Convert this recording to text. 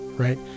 right